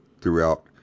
throughout